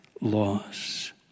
loss